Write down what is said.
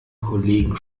kollegen